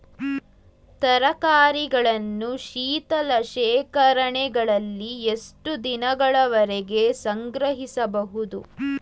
ತರಕಾರಿಗಳನ್ನು ಶೀತಲ ಶೇಖರಣೆಗಳಲ್ಲಿ ಎಷ್ಟು ದಿನಗಳವರೆಗೆ ಸಂಗ್ರಹಿಸಬಹುದು?